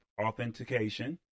authentication